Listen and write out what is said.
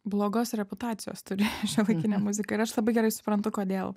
blogos reputacijos turi šiuolaikinė muzika ir aš labai gerai suprantu kodėl